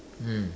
mm